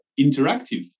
interactive